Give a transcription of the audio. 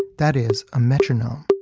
that is a metronome.